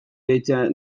deitzea